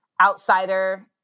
outsider